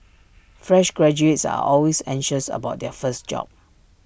fresh graduates are always anxious about their first job